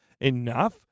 enough